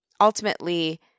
ultimately